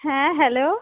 হ্যাঁ হ্যালো